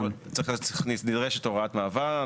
נדרשת הוראת מעבר.